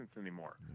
anymore